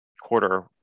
quarter